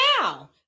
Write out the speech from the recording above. now